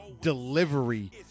delivery